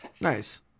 Nice